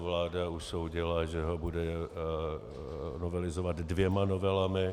Vláda usoudila, že ho bude novelizovat dvěma novelami.